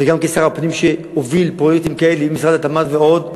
וגם כשר הפנים שהוביל פרויקטים כאלה עם משרד התמ"ת ועוד,